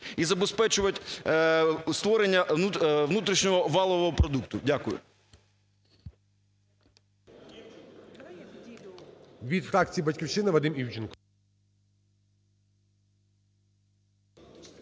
і забезпечувати створення внутрішнього валового продукту. Дякую.